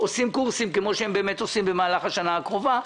עושים קורסים כמו שהם עושים במהלך השנה הקרובה,